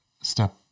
step